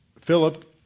Philip